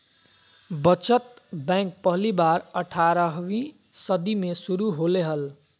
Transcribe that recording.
बचत बैंक पहली बार अट्ठारहवीं सदी में शुरू होले हल